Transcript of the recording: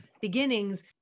beginnings